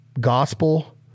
gospel